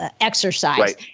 exercise